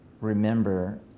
remember